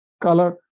color